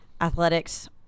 athletics